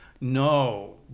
no